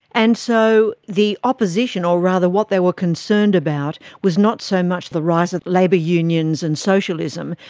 and so the opposition or rather what they were concerned about was not so much the rise of labour unions and socialism,